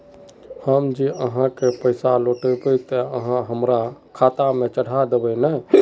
हम जे आहाँ के पैसा लौटैबे ते आहाँ हमरा खाता में चढ़ा देबे नय?